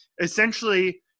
essentially